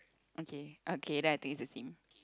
okay okay then I think it's the same